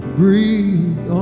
breathe